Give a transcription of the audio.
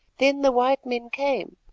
then the white men came,